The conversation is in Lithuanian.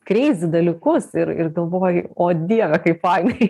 kreizi dalykus ir ir galvoju o dieve kaip fainai